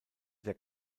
der